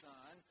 Son